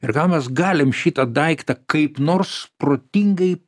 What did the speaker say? ir gal mes galim šitą daiktą kaip nors protingai